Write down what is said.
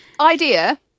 idea